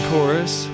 Chorus